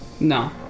No